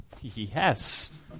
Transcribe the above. yes